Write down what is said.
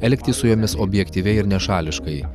elgtis su jomis objektyviai ir nešališkai